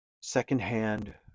secondhand